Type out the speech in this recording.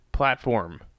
platform